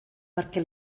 perquè